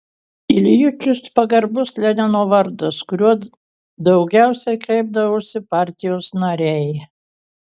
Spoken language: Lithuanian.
iljičius pagarbus lenino vardas kuriuo daugiausiai kreipdavosi partijos nariai